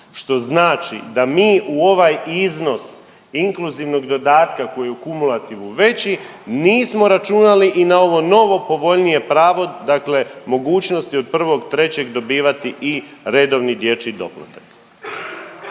Što znači da mi u ovaj iznos inkluzivnog dodatka koji je u kumulativu veći nismo računali i na ovo novo povoljnije pravo dakle mogućnosti od 1.3. dobivati i redovni dječji doplatak.